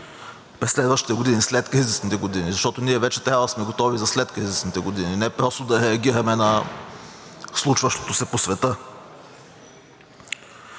през следващите години, следкризисните години, защото ние вече трябва да сме готови за следкризисните години, не просто да реагираме на случващото се по света.